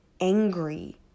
angry